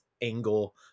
angle